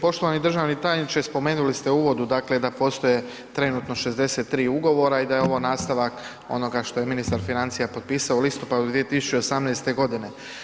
Poštovani državni tajniče spomenuli ste u uvodu dakle da postoje trenutno 63 ugovora i da je ovo nastavak onoga što je ministar financija potpisao u listopadu 2018. godine.